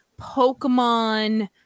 Pokemon